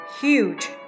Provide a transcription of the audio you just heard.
huge